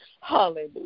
Hallelujah